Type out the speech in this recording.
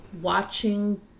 Watching